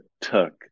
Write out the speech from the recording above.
took